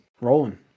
rolling